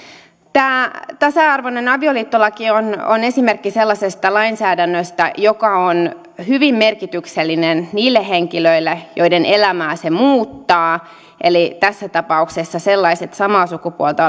tämä tasa arvoinen avioliittolaki on on esimerkki sellaisesta lainsäädännöstä joka on hyvin merkityksellinen niille henkilöille joiden elämää se muuttaa eli tässä tapauksessa sellaisille samaa sukupuolta